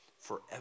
forever